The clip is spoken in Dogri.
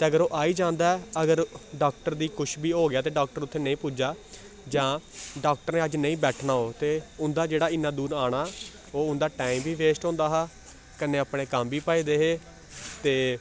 ते अगर ओह् आई जांदा ऐ अगर डाक्टर दी कुछ बी हो गेआ ते डाक्टर उत्थै नेईंं पुज्जा जां डाक्टर ने अज्ज नेईं बैठना होग ते उं'दा जेह्ड़ा इन्ना दूर आना ओह् उं'दा टाइम बी वेस्ट होंदा हा कन्नै अपने कम्म बी भजदे हे ते